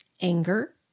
anger